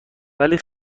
ولی